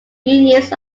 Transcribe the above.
unions